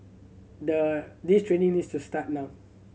the this training needs to start now